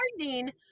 gardening